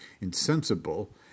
insensible